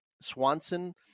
Swanson